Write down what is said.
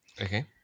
Okay